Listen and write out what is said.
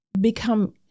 become